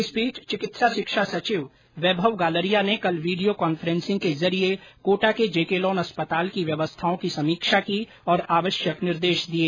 इस बीच चिकित्सा शिक्षा सचिव वैभव गालरिया ने कल वीडियो कॉन्फ्रेंसिंग के जरिये कोटा के जेके लॉन अस्पताल की व्यवस्थाओं की समीक्षा की और आवश्यक निर्देश दिए